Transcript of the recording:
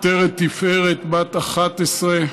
עטרת תפארת, בת 11,